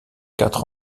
quatre